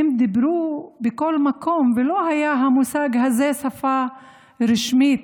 הם דיברו בכל מקום, ולא היה המושג הזה שפה רשמית.